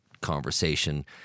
conversation